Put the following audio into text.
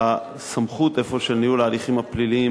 הסמכות אפוא של ניהול ההליכים הפליליים,